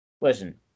listen